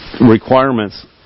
requirements